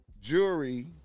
jewelry